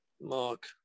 Mark